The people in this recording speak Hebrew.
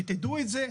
שתדעו את זה.